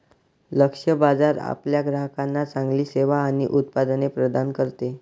लक्ष्य बाजार आपल्या ग्राहकांना चांगली सेवा आणि उत्पादने प्रदान करते